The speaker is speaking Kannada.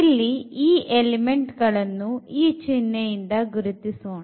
ಇಲ್ಲಿ ಈ ಎಲಿಮೆಂಟ್ ಗಳನ್ನೂ ಈ ಚಿಹ್ನೆಯಿಂದ ಗುರುತಿಸೋಣ